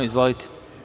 Izvolite.